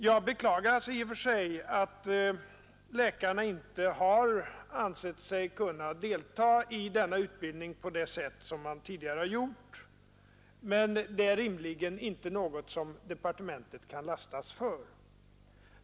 Jag beklagar alltså i och för sig att läkarna inte har ansett sig kunna delta i denna utbildning på det sätt som de tidigare har gjort, men det är rimligen inte något som departementet kan lastas för.